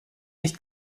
nicht